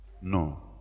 No